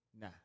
Nah